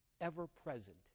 ever-present